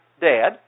dad